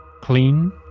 clean